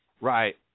Right